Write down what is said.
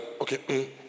okay